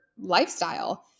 lifestyle